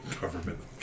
government